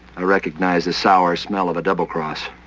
i recognized the sour smell of a double-cross.